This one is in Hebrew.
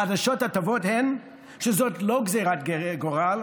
החדשות הטובות הן שזאת לא גזרת גורל.